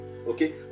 Okay